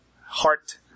heart